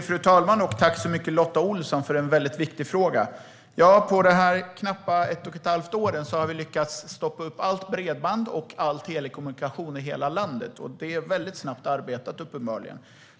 Fru talman! På knappt ett och ett halvt år har vi alltså lyckats stoppa all bredbands och telekommunikation i hela landet, uppenbarligen. Det är väldigt snabbt arbetat.